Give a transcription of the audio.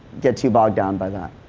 get too bogged down by that.